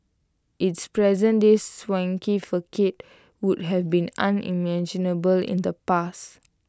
its present day swanky facade would have been unimaginable in the past